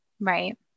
Right